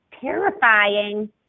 terrifying